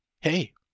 Hey